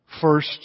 First